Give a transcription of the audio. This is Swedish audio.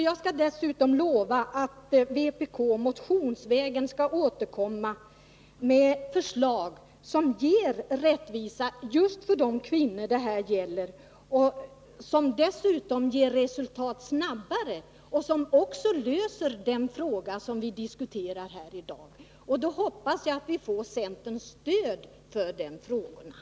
Jag lovar att vpk motionsvägen skall återkomma med förslag som ger rättvisa just för de kvinnor som det här gäller, förslag som dessutom ger resultat snabbare och som också löser den fråga som vi diskuterar här i dag. Då hoppas jag att vi får centerns stöd för de förslagen.